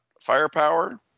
Firepower